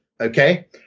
okay